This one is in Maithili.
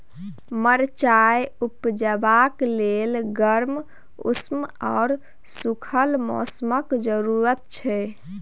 मरचाइ उपजेबाक लेल गर्म, उम्मस आ सुखल मौसमक जरुरत छै